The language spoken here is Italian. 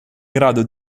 grado